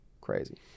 crazy